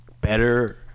better